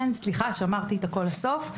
סליחה, שמרתי את הכול לסוף.